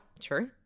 Sure